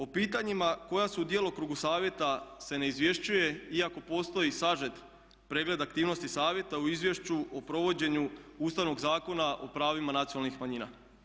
O pitanjima koja su u djelokrugu Savjeta se ne izvješćuje, iako postoji sažet pregled aktivnosti Savjeta o izvješću o provođenju Ustavnog zakona o pravima nacionalnih manjina.